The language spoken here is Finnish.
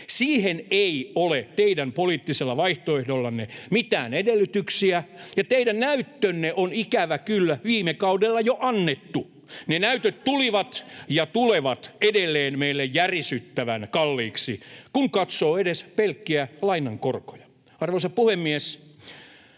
Siihen ei ole teidän poliittisella vaihtoehdollanne mitään edellytyksiä, ja teidän näyttönne on, ikävä kyllä, viime kaudella jo annettu. Ne näytöt tulivat ja tulevat edelleen meille järisyttävän kalliiksi, kun katsoo edes pelkkiä lainan korkoja. Arvoisa puhemies!